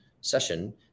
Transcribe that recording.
session